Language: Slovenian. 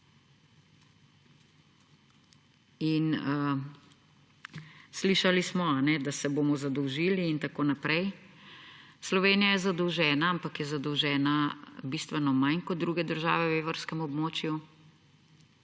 Slišali smo, da se bomo zadolžili in tako naprej. Slovenija je zadolžena, ampak je zadolžena bistveno manj kot druge države v evrskem območju.